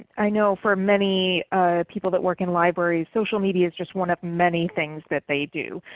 i know for many people that work in libraries, social media is just one of many things that they do.